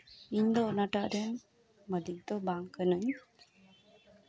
ᱤᱧ ᱫᱚ ᱚᱱᱟᱴᱟᱜ ᱨᱮ ᱢᱟᱞᱤᱠ ᱫᱚ ᱵᱟᱝ ᱠᱟᱹᱱᱟᱹᱧ